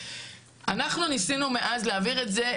אנחנו ניסינו מאז להעביר את זה,